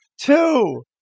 Two